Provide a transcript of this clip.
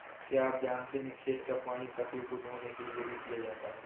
क्या आप जानते है खेत का पानी पशु को धोने के लिए भी किया जाता है?